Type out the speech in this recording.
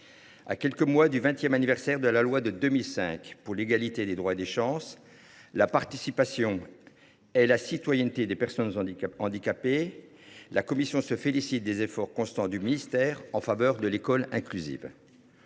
À quelques mois du vingtième anniversaire de la loi du 11 février 2005 pour l’égalité des droits et des chances, la participation et la citoyenneté des personnes handicapées, notre commission se félicite des efforts constants du ministère en faveur de l’école inclusive.